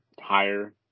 higher